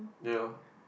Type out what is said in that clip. ya